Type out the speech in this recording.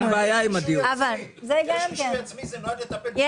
הצבעה הרוויזיה לא נתקבלה הרוויזיה לא התקבלה.